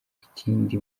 ikindi